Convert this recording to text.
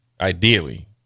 ideally